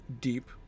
deep